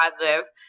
positive